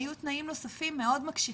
היו תנאים נוספים מאוד מקשיחים.